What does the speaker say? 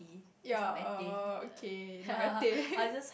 ya err okay not your thing